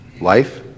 Life